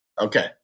Okay